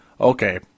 Okay